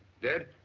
dead?